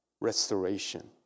restoration